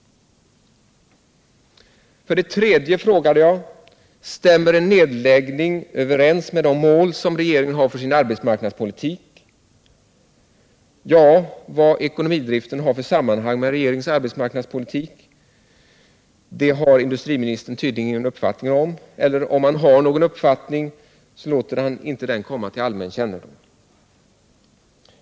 För det tredje: Stämmer en nedläggning överens med de mål som regeringen har för sin arbetsmarknadspolitik? Det har industriministern ingen uppfattning om, eller om han har en uppfattning låter han den inte komma till allmän kännedom.